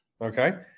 okay